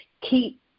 keep